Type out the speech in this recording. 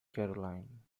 caroline